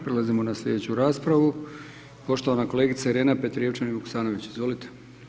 Prelazimo na slijedeću raspravu, poštovana kolegica Irena Petrijevčanin Vuksanović, izvolite.